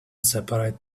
separate